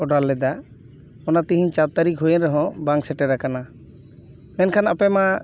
order ᱞᱮᱫᱟ ᱚᱱᱟ ᱛᱮᱦᱮᱧ ᱪᱟᱨᱛᱟᱹᱨᱤᱠᱷ ᱦᱩᱭᱮᱱ ᱨᱮᱦᱚ ᱵᱟᱝ ᱥᱮᱴᱮᱨ ᱟᱠᱟᱱᱟ ᱢᱮᱱᱠᱷᱟᱱ ᱟᱯᱮᱢᱟ